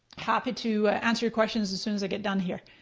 happy to answer your questions as soon as i get done here.